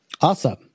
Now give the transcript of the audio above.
awesome